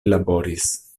laboris